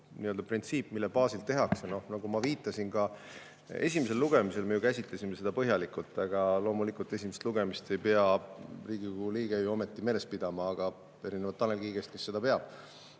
on see printsiip, mille baasil tehakse. Nagu ma viitasin, esimesel lugemisel me käsitlesime seda põhjalikult. Loomulikult, esimest lugemist ei pea Riigikogu liige ju ometi meeles pidama, erinevalt Tanel Kiigest, kes seda teeb.